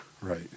Right